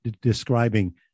describing